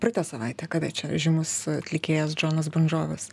praeitą savaitę kada čia žymus atlikėjas džonas bon džovis